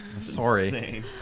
Sorry